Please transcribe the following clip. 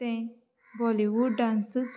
ते बॉलीवूड डान्सच